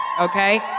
okay